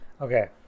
Okay